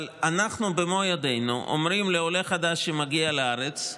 אבל אנחנו במו ידינו אומרים לעולה חדש שמגיע לארץ: